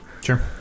Sure